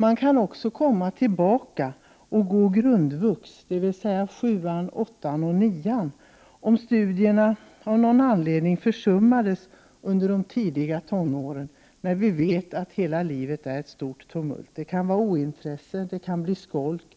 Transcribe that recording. Man kan också ”komma tillbaka” och gå grundvux, dvs. 7-an 8-an eller 9-an om studierna av någon anledning försummades under de tidigare tonåren, då hela livet, det vet vi, är ett stort tumult. Det kan vara ointresse, skolk,